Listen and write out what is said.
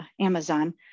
Amazon